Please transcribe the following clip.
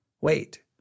wait